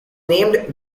named